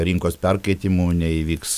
rinkos perkaitimų neįvyks